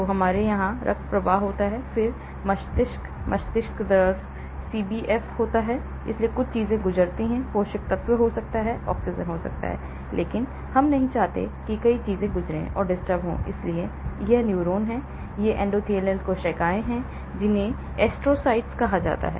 तो हमारे यहां रक्त प्रवाह होता है फिर हमारे पास मस्तिष्क मस्तिष्क द्रव सीबीएफ होता है इसलिए कुछ चीजें गुजरती हैं पोषक तत्व हो सकता है ऑक्सीजन हो सकता है लेकिन हम नहीं चाहते हैं कि कई चीजें गुजरें और disturb हों इसलिए यह न्यूरॉन है ये एंडोथेलियल कोशिकाएं हैं जिन्हें एस्ट्रोसाइट कहा जाता है